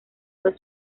fue